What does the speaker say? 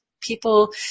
people